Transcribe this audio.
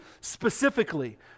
specifically